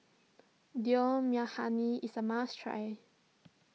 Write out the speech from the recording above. Dal Makhani is a must try